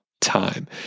time